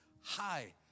high